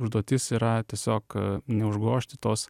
užduotis yra tiesiog neužgožti tos